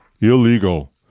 illegal